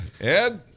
Ed